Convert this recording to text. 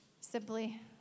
simply